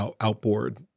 outboard